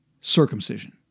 circumcision